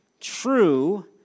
true